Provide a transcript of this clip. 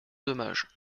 dommages